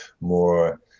more